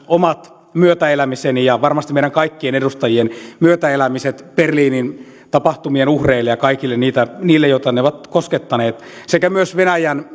omat myötäelämiseni ja varmasti meidän kaikkien edustajien myötäelämiset berliinin tapahtumien uhreille ja kaikille niille joita ne ovat koskettaneet sekä myös myötäelämisen venäjän